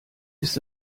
ist